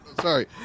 Sorry